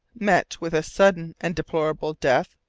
met with a sudden and deplorable death,